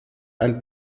ein